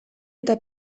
eta